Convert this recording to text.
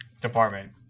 department